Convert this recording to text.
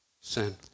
sin